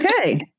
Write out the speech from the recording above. okay